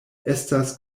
estas